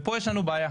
ופה יש לנו בעיה.